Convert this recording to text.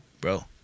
Bro